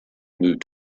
moved